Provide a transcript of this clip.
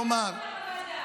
חוות דעת,